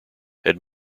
had